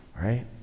right